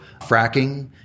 fracking